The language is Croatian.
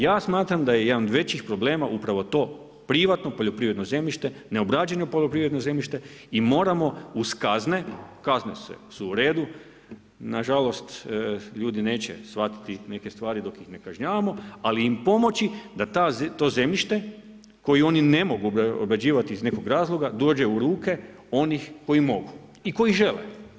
Ja smatram da je jedan od većih problema upravo to privatno poljoprivredno zemljište, neobrađeno poljoprivredno zemljište i moramo uz kazne, kazne su uredu, nažalost ljudi neće shvatiti dok ih ne kažnjavamo, ali im pomoći da to zemljište koje oni ne mogu obrađivati iz nekog razloga dođe u ruke onih koji mogu i koji žele.